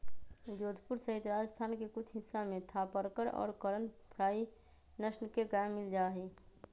जोधपुर सहित राजस्थान के कुछ हिस्सा में थापरकर और करन फ्राइ नस्ल के गाय मील जाहई